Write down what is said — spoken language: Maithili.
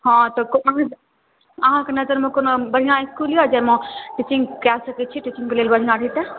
हँ तऽ अहाँ अहाँक नजरमे कोनो बढ़िआँ इसकूल यऽ जाहिमे टीचिङ्ग कै सकैत छी टीचिङ्ग कऽ लेल जे बढ़िआँ जे होयतै